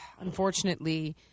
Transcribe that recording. Unfortunately